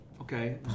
okay